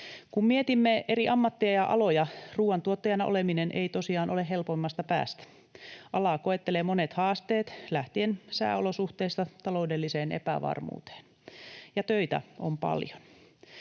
Kun mietimme eri ammatteja ja aloja, ruoantuottajana oleminen ei tosiaan ole helpoimmasta päästä. Alaa koettelevat monet haasteet lähtien sääolosuhteista taloudelliseen epävarmuuteen, ja töitä on paljon.